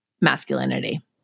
masculinity